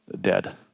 dead